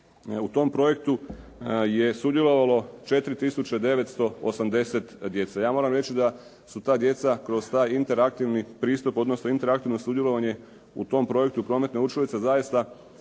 u tom projektu je sudjelovalo 4980 djece. Ja moram reći da su ta djeca kroz taj interaktivni pristup, odnosno interaktivno sudjelovanje u tom projektu "Prometne učilice" zaista